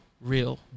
real